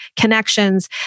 connections